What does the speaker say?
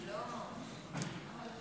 זה מעין מלכוד,